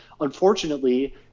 unfortunately